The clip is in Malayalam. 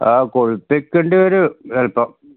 ആ കുളിപ്പിക്കേണ്ടിവരും ചിലപ്പോള്